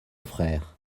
frère